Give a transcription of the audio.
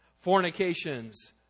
fornications